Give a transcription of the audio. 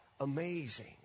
amazing